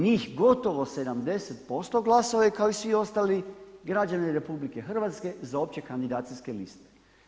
Njih gotovo 70% glasovalo je kao i svi ostali građani RH za opće kandidacijske liste.